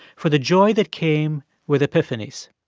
for the joy that came with epiphanies.